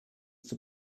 for